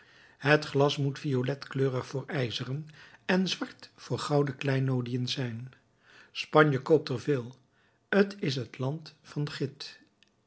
het glas moet violetkleurig voor ijzeren en zwart voor gouden kleinoodiën zijn spanje koopt er veel t is het land van git